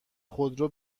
خودرو